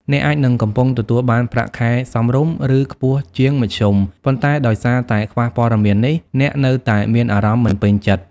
អ្នកអាចនឹងកំពុងទទួលបានប្រាក់ខែសមរម្យ ឬខ្ពស់ជាងមធ្យម ប៉ុន្តែដោយសារតែខ្វះព័ត៌មាននេះ អ្នកនៅតែមានអារម្មណ៍មិនពេញចិត្ត។